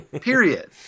Period